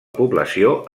població